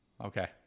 okay